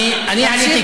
אני אומרת לו.